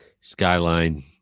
Skyline